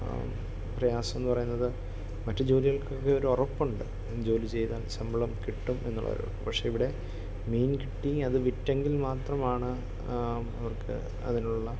ആ പ്രയാസമെന്ന് പറയുന്നത് മറ്റ് ജോലികൾക്കൊക്കെ ഒരു ഉറപ്പുണ്ട് ജോലി ചെയ്താൽ ശമ്പളം കിട്ടും എന്നുള്ള ഒരു പക്ഷേ ഇവിടെ മീൻ കിട്ടി അത് വിറ്റെങ്കിൽ മാത്രമാണ് അവർക്ക് അതിനുള്ള